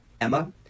Emma